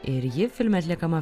ir ji filme atliekama